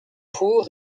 pour